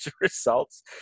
results